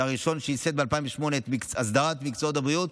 הראשון שייסד ב-2008 את הסדרת מקצועות הבריאות,